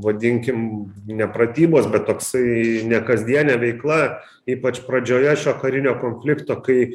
vadinkim ne pratybos bet toksai nekasdienė veikla ypač pradžioje šio karinio konflikto kai